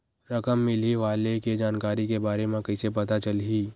रकम मिलही वाले के जानकारी के बारे मा कइसे पता चलही?